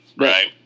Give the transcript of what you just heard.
right